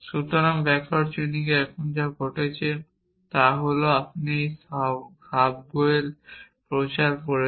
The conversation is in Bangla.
সুতরাং ব্যাকওয়ার্ড চেইনিংয়ে এখানে যা ঘটছে তা হল আপনি এই সাবগোয়েল প্রচার করছেন